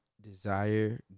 desire